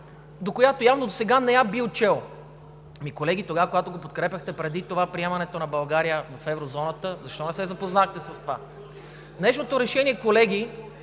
която явно досега не я бил чел. Колеги, тогава, когато подкрепяхте преди това приемането на България в Еврозоната, защо не се запознахте с това? Колеги,